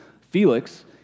Felix